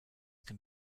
can